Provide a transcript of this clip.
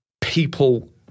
people